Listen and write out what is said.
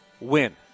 win